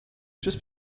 just